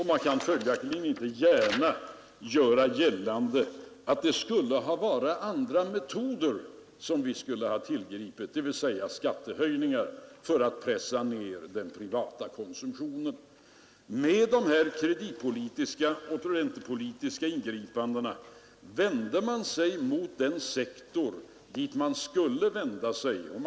Man kan följaktligen inte gärna göra gällande att vi skulle ha tillgripit andra metoder — dvs. skattehöjningar — för att pressa ned den privata konsumtionen. Med dessa kreditpolitiska och räntepolitiska ingripanden vände man sig mot den sektor som man skulle vända sig mot.